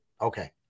Okay